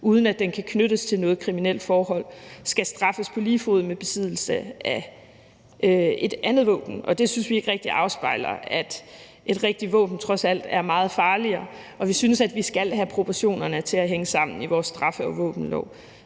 eller signalpistolen kan knyttes til et kriminelt forhold, og det synes vi ikke rigtig afspejler, at et rigtigt våben trods alt er meget farligere. Vi synes, at vi skal have proportionerne til at hænge sammen i vores straffe- og våbenlov.